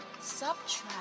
subtract